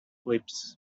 lips